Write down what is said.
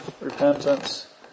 repentance